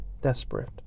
desperate